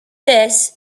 this